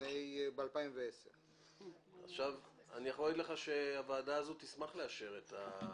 בשנת 2010. אני יכול להגיד שהוועדה הזאת תשמח לאשר את התקנים.